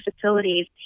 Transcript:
facilities